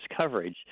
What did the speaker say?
coverage